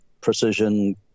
precision